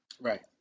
Right